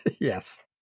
Yes